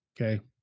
Okay